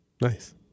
Nice